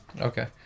Okay